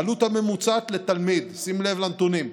העלות הממוצעת לתלמיד, שים לב לנתונים,